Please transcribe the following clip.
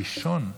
הראשון,